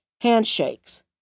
handshakes